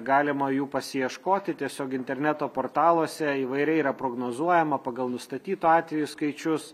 galima jų pasiieškoti tiesiog interneto portaluose įvairiai yra prognozuojama pagal nustatytų atvejų skaičius